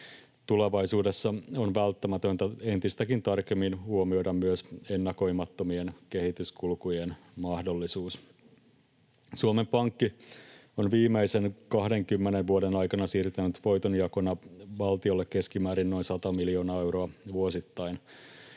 Tulevaisuudessa on välttämätöntä entistäkin tarkemmin huomioida myös ennakoimattomien kehityskulkujen mahdollisuus. Suomen Pankki on viimeisen 20 vuoden aikana siirtänyt voitonjakona valtiolle keskimäärin noin 100 miljoonaa euroa vuosittain.